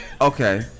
Okay